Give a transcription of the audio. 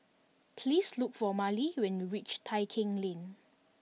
please look for Marlee when you reach Tai Keng Lane